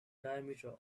diameter